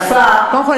ב"הכפר" קודם כול,